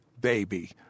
baby